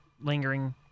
lingering